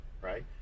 right